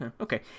Okay